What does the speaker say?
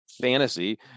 fantasy